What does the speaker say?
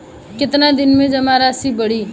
कितना दिन में जमा राशि बढ़ी?